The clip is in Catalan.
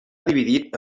dividit